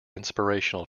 inspirational